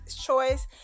choice